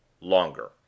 Longer